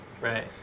Right